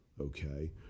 okay